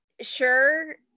sure